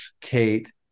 kate